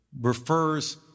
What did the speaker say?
refers